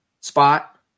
spot